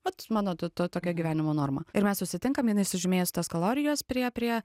vat mano to tokia gyvenimo norma ir mes susitinkam jinai sužymėjus tas kalorijas prie prie